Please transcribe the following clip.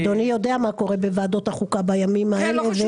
אדוני יודע מה קורה בוועדת החוקה בימים האלה.